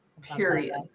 period